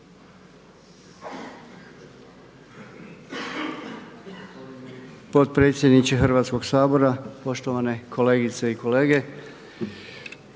potpredsjedniče Hrvatskog sabora, uvažene kolegice i kolege.